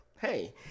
hey